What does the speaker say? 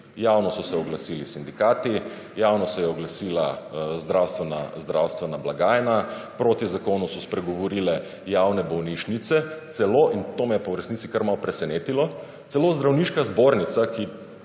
Javno so se oglasili sindikati, javno se je oglasila zdravstvena blagajna, proti zakonu so spregovorile javne bolnišnice, celo – in to me je pa v resnici kar malo presenetilo – celo Zdravniška zbornica, ki